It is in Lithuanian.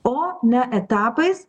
o ne etapais